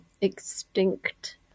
extinct